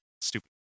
stupid